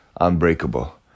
unbreakable